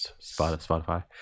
Spotify